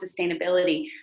sustainability